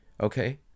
Okay